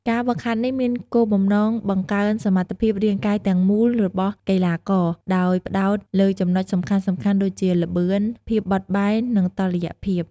ការហ្វឹកហាត់នេះមានគោលបំណងបង្កើនសមត្ថភាពរាងកាយទាំងមូលរបស់កីឡាករ ដោយផ្តោតលើចំណុចសំខាន់ៗដូចជា ល្បឿន ភាពបត់បែន និងតុល្យភាព។